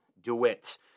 DeWitt